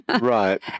Right